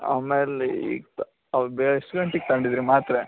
ಆಮೇಲೆ ಎಷ್ಟು ಗಂಟೆಗ್ ತಗಂಡಿದ್ದೀರ ಮಾತ್ರೆ